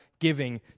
giving